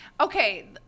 Okay